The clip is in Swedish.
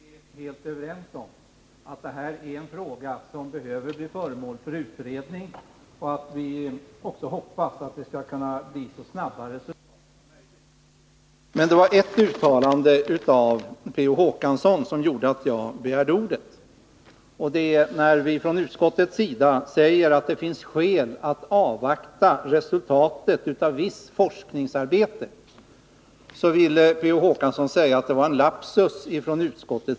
Herr talman! Motionären och utskottet är helt överens om att det här är en fråga som behöver bli föremål för utredning, och vi hoppas också att det skall kunna bli så snabba resultat som möjligt. Det var emellertid ett uttalande av Per Olof Håkansson som föranledde mig att begära ordet. Vi skriver från utskottets sida att det finns skäl att avvakta resultat av visst forskningsarbete, och det ville Per Olof Håkansson kalla en lapsus.